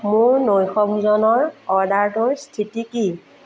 মোৰ নৈশভোজনৰ অৰ্ডাৰটোৰ স্থিতি কি